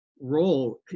role